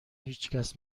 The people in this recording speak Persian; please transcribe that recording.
هیچکس